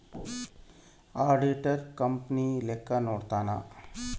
auditor company ಲೆಕ್ಕ ನೋಡ್ಕಂತಾನ್